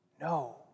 No